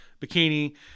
bikini